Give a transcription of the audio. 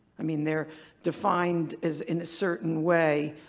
i mean they're defined as in a certain way,